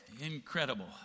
Incredible